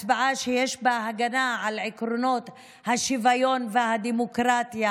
הצבעה שיש בה הגנה על עקרונות השוויון והדמוקרטיה,